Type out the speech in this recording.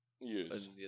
Yes